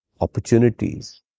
opportunities